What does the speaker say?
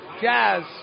Jazz